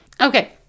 Okay